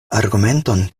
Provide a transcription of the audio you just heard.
argumenton